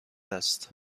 است